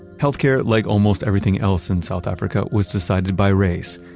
healthcare, like almost everything else in south africa, was decided by race.